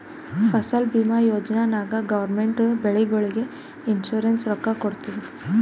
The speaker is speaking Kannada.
ಫಸಲ್ ಭೀಮಾ ಯೋಜನಾ ನಾಗ್ ಗೌರ್ಮೆಂಟ್ ಬೆಳಿಗೊಳಿಗ್ ಇನ್ಸೂರೆನ್ಸ್ ರೊಕ್ಕಾ ಕೊಡ್ತುದ್